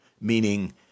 meaning